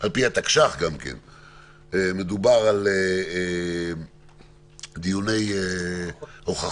וגם על פי התקש"ח מדובר על דיוני הוכחות,